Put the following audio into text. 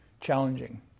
challenging